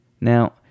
Now